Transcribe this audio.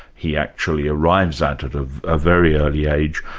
he actually arrives at sort of a very early age.